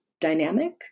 dynamic